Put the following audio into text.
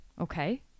Okay